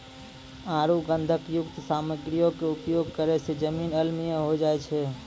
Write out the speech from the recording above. आरु गंधकयुक्त सामग्रीयो के उपयोग करै से जमीन अम्लीय होय जाय छै